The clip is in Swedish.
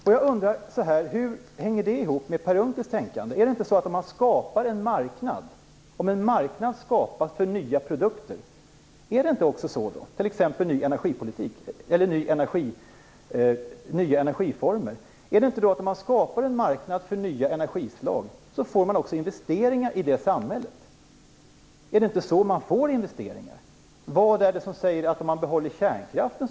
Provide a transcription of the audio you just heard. Hur hänger det ihop med Per Unckels tänkande? Blir det inte investeringar i samhället om man skapar en marknad för nya produkter, t.ex. nya energiformer? Är det inte så man får investeringar? Vad är det som säger att det blir investeringar om man behåller kärnkraften?